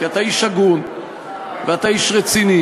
כי אתה איש הגון ואתה איש רציני,